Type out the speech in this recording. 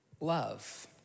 love